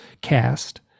cast